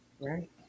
right